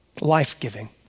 Life-giving